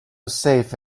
safe